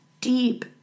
deep